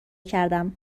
کردم